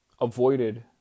avoided